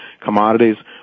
Commodities